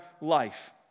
life